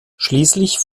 schließlich